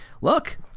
look